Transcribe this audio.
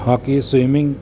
hockey swimming